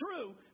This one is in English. true